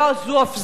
לא זו אף זו,